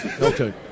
Okay